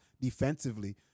defensively